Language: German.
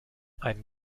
ein